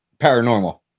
Paranormal